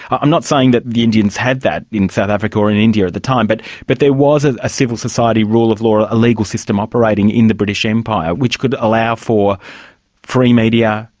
i'm not saying that the indians had that in south africa or in india at the time, but but there was ah a civil society rule of law, a legal system operating in the british empire, which could allow for free media,